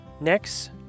Next